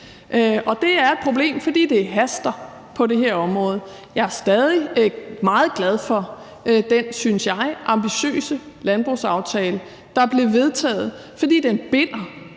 Det er et problem, for det haster på det her område. Jeg er stadig væk meget glad for den, synes jeg, ambitiøse landbrugsaftale, der blev vedtaget, fordi den binder.